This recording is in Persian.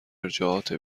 ارجاعات